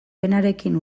penarekin